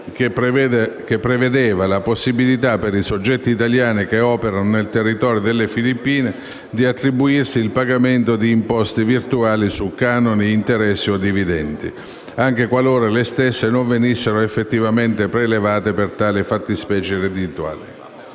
che prevedeva la possibilità per i soggetti italiani che operano nel territorio delle Filippine di attribuirsi il pagamento di imposte virtuali su canoni, interessi o dividendi, anche qualora le stesse non venissero effettivamente prelevate per tali fattispecie reddituali.